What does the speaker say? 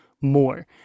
more